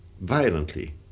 violently